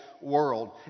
world